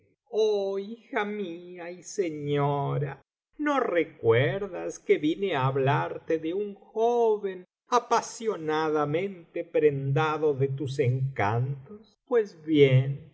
hija raía y señora no recuerdas que vine á hablarte de un joven apasionadamente prendado de tus encantos pues bien